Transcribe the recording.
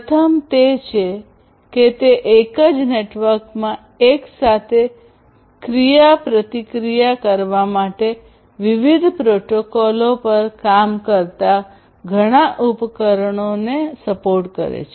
પ્રથમ તે છે કે તે એક જ નેટવર્કમાં એક સાથે ક્રિયા પ્રતિક્રિયા કરવા માટે વિવિધ પ્રોટોકોલો પર કામ કરતા ઘણા ઉપકરણોને સપોર્ટ કરે છે